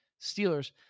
Steelers